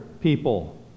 people